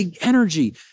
energy